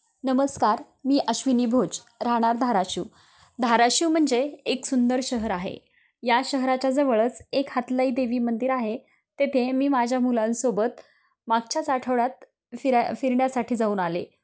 नमस्कार मी अश्विनी भोज राहणार धाराशिव धाराशिव म्हणजे एक सुंदर शहर आहे या शहराच्या जवळच एक हातलाई देवी मंदिर आहे तेथे मी माझ्या मुलांसोबत मागच्याच आठवड्यात फिराय फिरण्यासाठी जाऊन आले